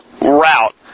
route